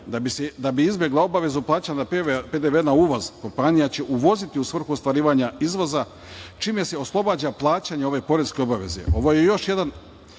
Da bi izbegla obavezu plaćanja PDV-a na uvoz, kompanija će uvoziti u svrhu ostvarivanja izvoza, čime se oslobađa plaćanja ove poreske obaveze. Ovo je još jedan